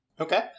Okay